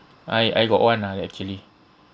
I I got one lah actually